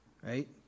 Right